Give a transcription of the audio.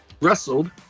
wrestled